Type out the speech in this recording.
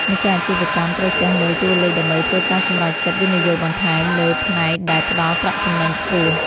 ម្ចាស់អាជីវកម្មត្រូវចេះមើលតួលេខដើម្បីធ្វើការសម្រេចចិត្តវិនិយោគបន្ថែមលើផ្នែកដែលផ្ដល់ប្រាក់ចំណេញខ្ពស់។